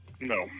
No